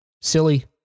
silly